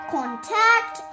Contact